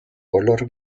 color